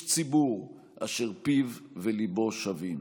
איש ציבור אשר פיו וליבו שווים.